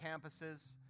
campuses